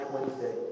Wednesday